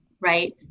right